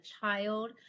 child